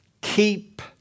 keep